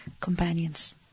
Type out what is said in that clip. companions